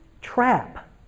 trap